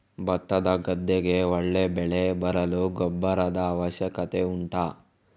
ಭತ್ತದ ಗದ್ದೆಗೆ ಒಳ್ಳೆ ಬೆಳೆ ಬರಲು ಗೊಬ್ಬರದ ಅವಶ್ಯಕತೆ ಉಂಟಾ